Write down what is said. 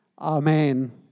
Amen